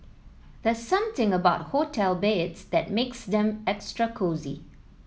there's something about hotel beds that makes them extra cosy